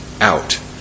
out